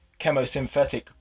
chemosynthetic